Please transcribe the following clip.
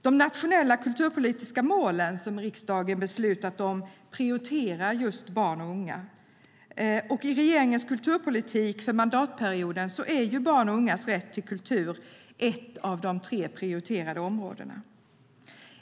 De nationella kulturpolitiska målen som riksdagen beslutat om prioriterar just barn och unga, och i regeringens kulturpolitik för mandatperioden är barns och ungas rätt till kultur ett av de tre prioriterade områdena.